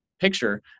picture